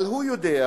אבל הוא יודע,